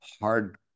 hard